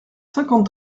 cinquante